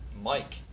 Mike